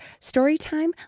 Storytime